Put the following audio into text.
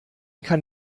kann